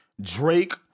Drake